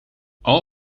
all